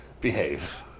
Behave